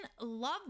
love